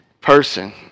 person